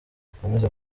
akomeze